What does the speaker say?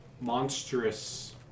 monstrous